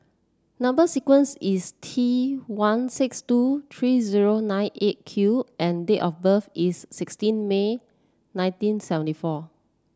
number sequence is T one six two three zero nine Eight Q and date of birth is sixteen May nineteen seventy four